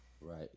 Right